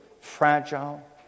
fragile